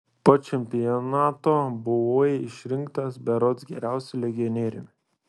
po čempionato buvai išrinktas berods geriausiu legionieriumi